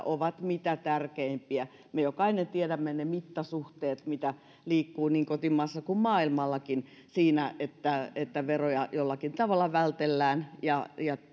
ovat mitä tärkeimpiä me jokainen tiedämme ne mittasuhteet missä liikutaan niin kotimaassa kuin maailmallakin siinä että että veroja jollakin tavalla vältellään ja